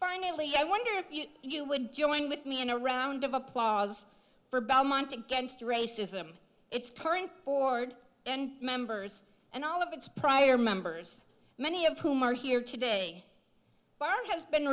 finally i wonder if you would join with me in a round of applause for belmont against racism its current board members and all of its prior members many of whom are here today but has been